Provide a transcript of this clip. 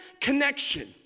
connection